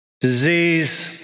disease